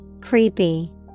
Creepy